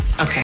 Okay